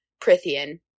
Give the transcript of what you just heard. Prithian